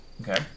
Okay